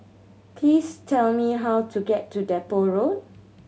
please tell me how to get to Depot Road